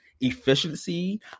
efficiency